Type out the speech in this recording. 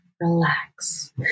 relax